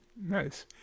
nice